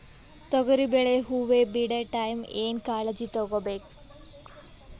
ತೊಗರಿಬೇಳೆ ಹೊವ ಬಿಡ ಟೈಮ್ ಏನ ಕಾಳಜಿ ತಗೋಬೇಕು?